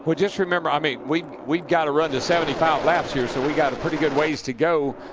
but just remember, i mean, we've we've got to run to seventy five laps here. so we've got a pretty good ways to go.